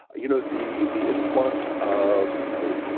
you know, the the influx of, you know,